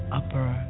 upper